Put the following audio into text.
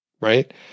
right